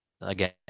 again